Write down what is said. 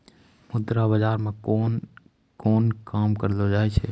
मुद्रा बाजार मे कोन कोन काम करलो जाय छै